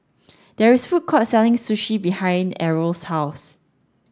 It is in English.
there is a food court selling Sushi behind Errol's house